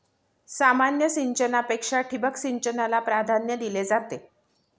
सामान्य सिंचनापेक्षा ठिबक सिंचनाला प्राधान्य दिले जाते